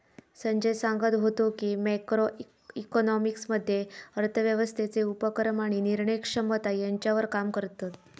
संजय सांगत व्हतो की, मॅक्रो इकॉनॉमिक्स मध्ये अर्थव्यवस्थेचे उपक्रम आणि निर्णय क्षमता ह्यांच्यावर काम करतत